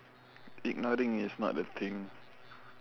ignoring is not a thing